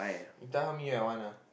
you tell her meet you at one ah